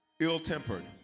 ill-tempered